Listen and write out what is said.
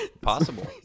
possible